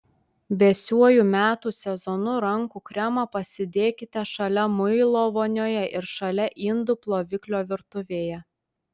vėsiuoju metų sezonu rankų kremą pasidėkite šalia muilo vonioje ir šalia indų ploviklio virtuvėje